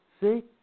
See